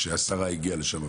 כשהשרה הגיעה לשם.